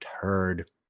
turd